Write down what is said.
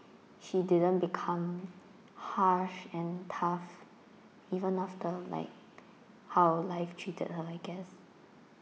she didn't become harsh and tough even after like how life treated her I guess